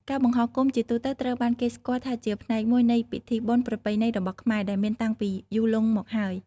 ការបង្ហោះគោមជាទូទៅត្រូវបានគេស្គាល់ថាជាផ្នែកមួយនៃពិធីបុណ្យប្រពៃណីរបស់ខ្មែរ ដែលមានតាំងពីយូរលង់មកហើយ។